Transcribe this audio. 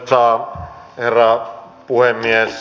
arvoisa herra puhemies